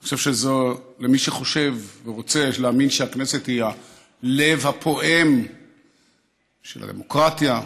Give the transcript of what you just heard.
אני חושב שמי שחושב ורוצה להאמין שהכנסת היא הלב הפועם של הדמוקרטיה,